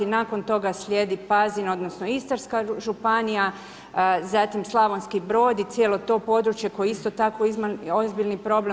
Nakon toga slijedi Pazin, odnosno Istarska županija, zatim Slavonski Brod i cijelo to područje koje je isto tako ozbiljan problem.